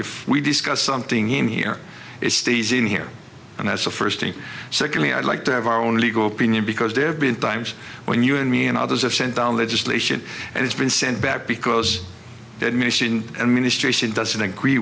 if we discuss something in here it stays in here and that's the first thing secondly i'd like to have our own legal opinion because there have been times when you and me and others have sent down legislation and it's been sent back because the admission and ministration doesn't agree